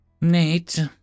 Nate